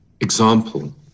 example